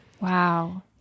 Wow